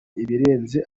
ibirenze